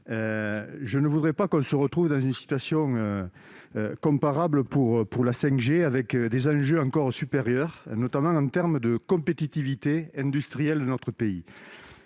Je ne voudrais donc pas que l'on se retrouve dans une situation comparable avec la 5G, avec des enjeux encore plus importants, notamment en matière de compétitivité industrielle de notre pays.